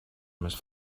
més